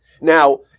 Now